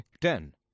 ten